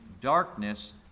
darkness